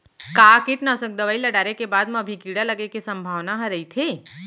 का कीटनाशक दवई ल डाले के बाद म भी कीड़ा लगे के संभावना ह रइथे?